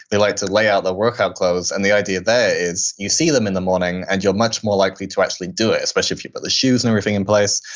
they like to lay out their workout clothes. and the idea there is you see them in the morning and you're much more likely to actually do it, especially if you got but the shoes and everything in place.